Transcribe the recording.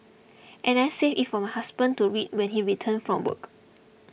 and I saved it for my husband to read when he returned from work